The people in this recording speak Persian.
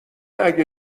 اگه